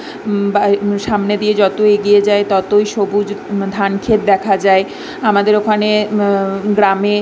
বা সামনে দিয়ে যতো এগিয়ে যায় ততই সবুজ ধান খেত দেখা যায় আমাদের ওখানে গ্রামে